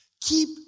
Keep